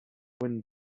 wind